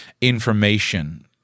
information